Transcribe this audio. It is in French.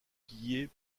pillé